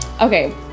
okay